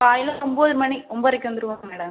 காலையில் ஒம்போது மணி ஒம்போதரைக்கு வந்துருவோம் மேடம்